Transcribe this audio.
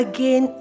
Again